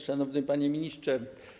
Szanowny Panie Ministrze!